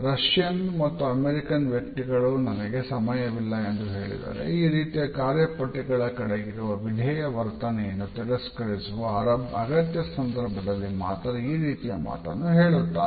Russian ಮತ್ತು American ವ್ಯಕ್ತಿಗಳು ನನಗೆ ಸಮಯವಿಲ್ಲ ಎಂದು ಹೇಳಿದರೆ ಈ ರೀತಿಯ ಕಾರ್ಯಪಟ್ಟಿಗಳ ಕಡೆಗಿರುವ ವಿಧೇಯ ವರ್ತನೆಯನ್ನು ತಿರಸ್ಕರಿಸುವ ಅರಬ್ ಅಗತ್ಯ ಸಂದರ್ಭದಲ್ಲಿ ಮಾತ್ರ ಈ ರೀತಿಯ ಮಾತನ್ನು ಹೇಳುತ್ತಾರೆ